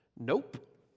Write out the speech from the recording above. nope